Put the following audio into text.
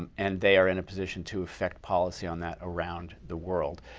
and and they are in a position to affect policy on that around the world.